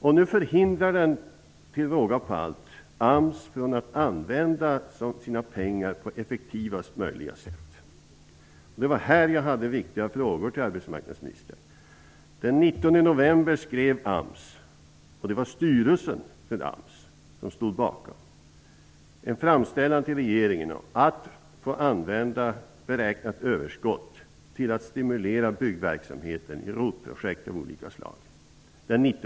Nu förhindrar den till råga på allt AMS från att använda sina pengar på effektivast möjliga sätt. Det var på detta område jag hade viktiga frågor till arbetsmarknadsministern. Den 19 november i fjol skrev AMS -- det var styrelsen för AMS som stod bakom -- en framställan till regeringen om att få använda beräknat överskott till att stimulera byggverksamheten i ROT-projekt av olika slag.